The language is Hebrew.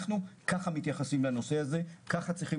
כך אנחנו מתייחסים לנושא הזה וכך צריכים